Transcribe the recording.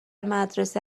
مدرسه